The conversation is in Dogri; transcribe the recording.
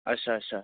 अच्छा अच्छा